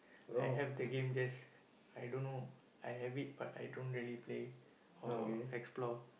I have the game just I don't know I have it but I don't really play or explore